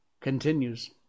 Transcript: continues